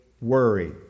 worry